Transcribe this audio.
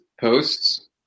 posts